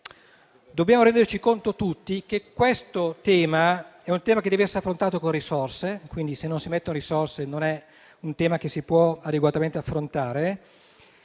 Dobbiamo renderci conto tutti che questo è un tema che deve essere affrontato con risorse. Quindi, se non si mettono risorse, questo non è un tema che si può adeguatamente affrontare.